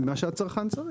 מה שהצרכן צריך.